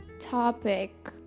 topic